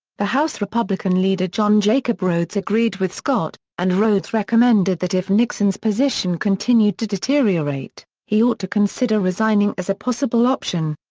the house republican leader john jacob rhodes agreed with scott, and rhodes recommended that if nixon's position continued to deteriorate, he ought to consider resigning as a possible option.